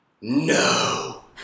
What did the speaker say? no